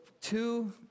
two